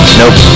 nope